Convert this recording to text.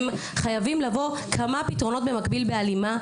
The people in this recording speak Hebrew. חייבים לבוא כמה פתרונות במקביל בהלימה,